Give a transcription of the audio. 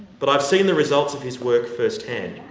but i have seen the results of his work firsthand.